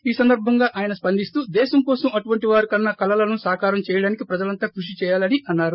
ఈ సందర్భంగా ఆయన స్పందిస్తూ దేశం కోసం అటువంటి వారు కన్న కలలను సాకారం చేయడానికి ప్రజలంతా కృషి చేయాలని అన్నారు